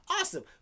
Awesome